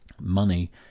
Money